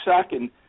second